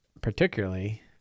particularly